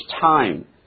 time